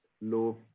low